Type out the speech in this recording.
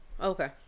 Okay